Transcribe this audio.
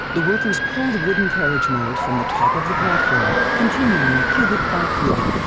the workers pull the wooden carriage mold from the top of the platform, continuing cubit by cubit.